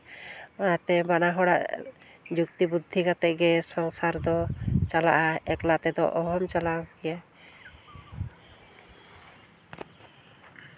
ᱚᱱᱟᱛᱮ ᱵᱟᱱᱟ ᱦᱚᱲᱟᱜ ᱡᱩᱠᱛᱤ ᱵᱩᱫᱽᱫᱷᱤ ᱠᱟᱛᱮ ᱜᱮ ᱥᱚᱝᱥᱟᱨ ᱫᱚ ᱪᱟᱞᱟᱜᱼᱟ ᱮᱠᱞᱟ ᱛᱮᱫᱚ ᱚᱦᱚᱢ ᱪᱟᱞᱟᱣ ᱠᱮᱭᱟ